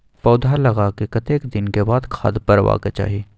पौधा लागलाक कतेक दिन के बाद खाद परबाक चाही?